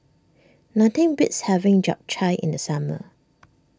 nothing beats having Japchae in the summer